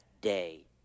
day